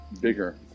bigger